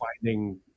finding